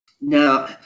now